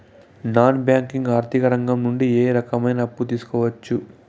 Non banking ఆర్థిక రంగం నుండి ఏ రకమైన అప్పు తీసుకోవచ్చు?